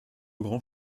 grands